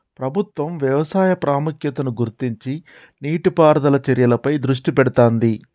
ప్రభుత్వం వ్యవసాయ ప్రాముఖ్యతను గుర్తించి నీటి పారుదల చర్యలపై దృష్టి పెడుతాంది